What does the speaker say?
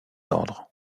ordres